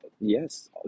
yes